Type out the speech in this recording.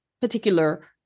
particular